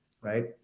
right